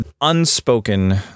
unspoken